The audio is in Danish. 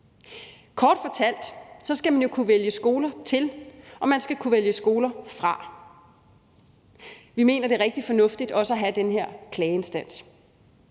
Kort fortalt skal man jo kunne vælge skoler til, og man skal kunne vælge skoler fra. Vi mener, at det er rigtig fornuftigt også at have den her klageinstans,